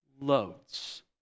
loads